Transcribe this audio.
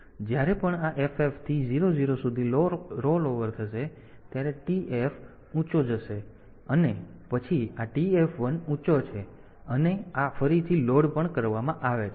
તેથી જ્યારે પણ આ FF થી 0 0 સુધી રોલઓવર થશે ત્યારે TF ઊંચો જશે અને પછી આ TF 1 ઊંચો છે અને આ ફરીથી લોડ પણ કરવામાં આવે છે